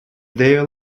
their